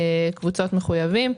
קבוצות מחויבים.